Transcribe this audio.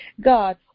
God